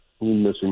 missing